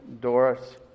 Doris